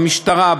במשטרה,